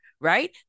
Right